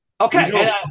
Okay